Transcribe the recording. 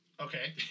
Okay